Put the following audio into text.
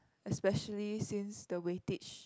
especially since the weightage